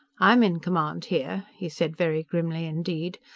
i am in command here, he said very grimly indeed.